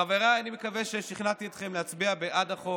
חבריי, אני מקווה ששכנעתי אתכם להצביע בעד החוק.